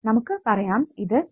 നമുക്ക് പറയാം ഇത് V